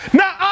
now